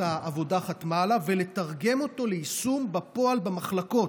העבודה חתמה עליו ולתרגם אותו ליישום בפועל במחלקות.